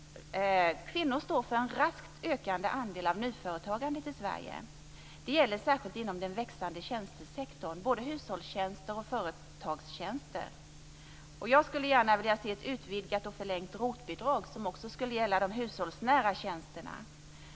Kvinnor står för en raskt ökande andel av nyföretagandet i Sverige. Det gäller särskilt inom den växande tjänstesektorn, både hushållstjänster och företagstjänster. Jag skulle gärna vilja se ett utvidgat och förlängt ROT-avdrag som också skulle gälla de hushållsnära tjänsterna.